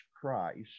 Christ